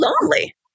lonely